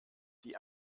die